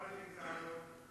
אז מה זה גזענות?